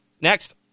Next